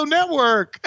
Network